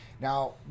Now